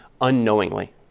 unknowingly